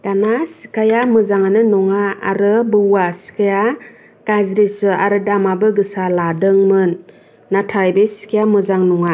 दाना सिखाया मोजांआनो नङा आरो बौवा सिखाया गाज्रिसो आरो दामाबो गोसा लादोंमोन नाथाय बे सिखाया मोजां नङा